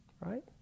Right